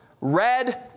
red